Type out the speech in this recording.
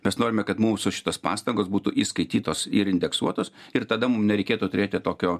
mes norime kad mūsų šitos pastangos būtų įskaitytos ir indeksuotos ir tada mum nereikėtų turėti tokio